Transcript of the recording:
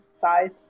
size